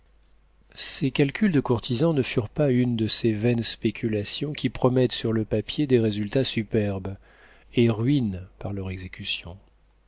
ses calculs de courtisan ne furent pas une de ces vaines spéculations qui promettent sur le papier des résultats superbes et ruinent par leur exécution